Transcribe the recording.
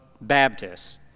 Baptists